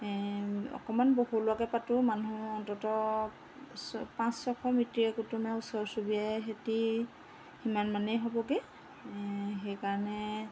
অকণমান বহলোৱাকৈ পাতোঁ মানুহ অন্ততঃ পাঁচ ছশ মিতিৰে কুটুমে ওচৰ চুবুৰীয়াই সিহঁতি ইমান মানেই হ'বগৈ সেইকাৰণে